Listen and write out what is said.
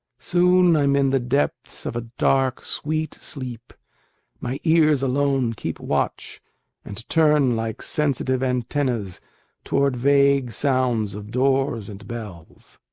soon i'm in the depths of a dark, sweet sleep my ears alone keep watch and turn like sensitive antennas towards vague sounds of doors and bells.